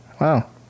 Wow